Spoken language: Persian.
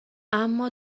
اما